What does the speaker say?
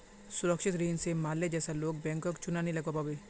सुरक्षित ऋण स माल्या जैसा लोग बैंकक चुना नी लगव्वा पाबे